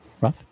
Rough